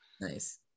nice